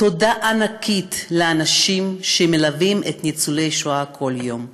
תודה ענקית לאנשים שמלווים את ניצולי השואה כל יום,